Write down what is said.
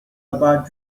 about